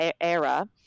era